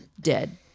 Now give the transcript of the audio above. dead